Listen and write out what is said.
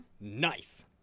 Nice